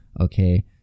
Okay